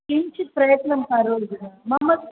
किञ्चित् प्रयत्नं करोतु मम